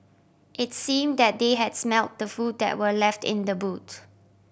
it's seem that they had smelt the food that were left in the boot